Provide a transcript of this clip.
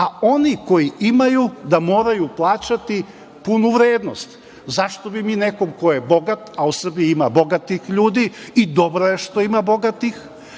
a oni koji imaju da moraju plaćati punu vrednost. Zašto bismo mi nekome ko je bogat, a u Srbiji ima bogatih ljudi, i dobro je što ima bogatih,